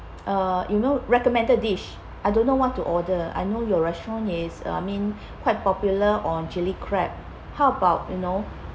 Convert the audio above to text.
uh you know recommended dish I don't know what to order I know your restaurant is I mean quite popular on chilli crab how about you know